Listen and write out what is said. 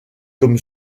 comme